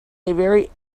very